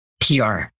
PR